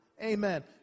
Amen